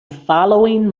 following